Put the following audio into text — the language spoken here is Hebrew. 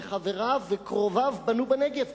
חבריו וקרוביו בנו בנגב.